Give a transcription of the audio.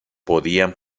podían